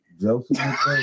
Joseph